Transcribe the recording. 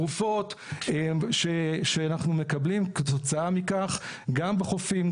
תרופות שאנחנו מקבלים כתוצאה מכך גם בחופים,